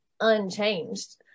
unchanged